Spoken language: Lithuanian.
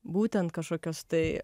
būtent kažkokios tai